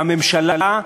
והממשלה,